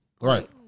Right